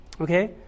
okay